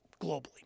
globally